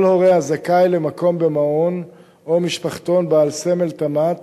כל הורה הזכאי למקום במעון או משפחתון בעל סמל תמ"ת